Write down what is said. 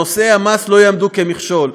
שנושא המס לא יעמוד כמכשול.